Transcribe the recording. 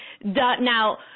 Now